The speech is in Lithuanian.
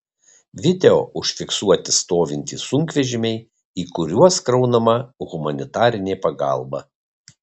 video užfiksuoti stovintys sunkvežimiai į kuriuos kraunama humanitarinė pagalba